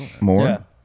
more